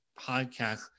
podcast